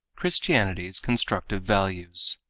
christianity's constructive values